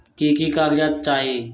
की की कागज़ात चाही?